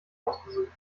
ausgesucht